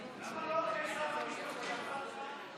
למה לא עונה שר המשפטים על ההצעה?